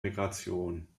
migration